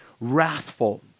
wrathful